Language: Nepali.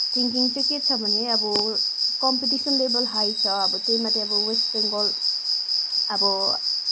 थिङ्किङ चाहिँ के छ भने अब कम्पिटिसन लेभल हाइ छ अब त्यही माथि अब वेस्ट बङ्गाल अब